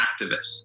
activists